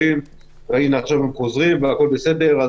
עכשיו הם חוזרים והכול בסדר,